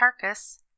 carcass